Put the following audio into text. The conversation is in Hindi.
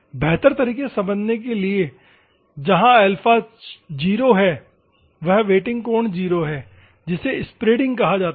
बेहतर तरीके से समझने के लिए जहां अल्फा 0 है वह वेटिंग कोण 0 है जिसे स्प्रेडिंग कहा जाता है